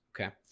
Okay